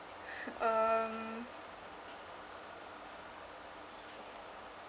um